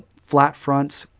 flat fronts.